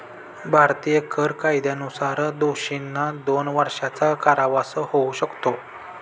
भारतीय कर कायद्यानुसार दोषींना दोन वर्षांचा कारावास होऊ शकतो